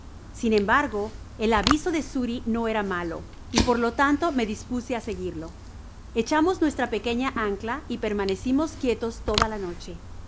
sin embargo el aviso de xuri no era malo y por lo tanto me dispuse á seguirlo echamos nuestra pequeña ancla y permanecimos quietos toda la noche